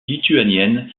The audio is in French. lituanienne